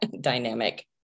dynamic